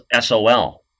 SOL